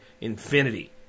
infinity